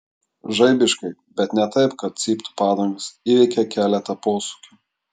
žaibiškai bet ne taip kad cyptų padangos įveikė keletą posūkių